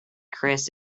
kris